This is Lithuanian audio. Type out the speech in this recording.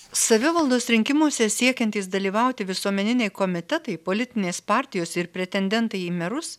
savivaldos rinkimuose siekiantys dalyvauti visuomeniniai komitetai politinės partijos ir pretendentai į merus